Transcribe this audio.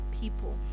people